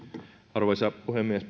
arvoisa puhemies